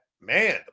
man